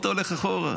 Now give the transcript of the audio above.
אתה הולך אחורה,